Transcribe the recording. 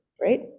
right